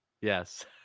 Yes